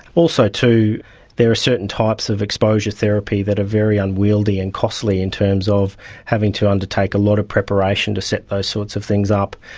also too there are certain types of exposure therapy that are very unwieldy and costly in terms of having to undertake a lot of preparation to set those sorts of things up,